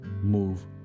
move